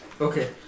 Okay